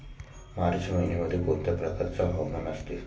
मार्च महिन्यामध्ये कोणत्या प्रकारचे हवामान असते?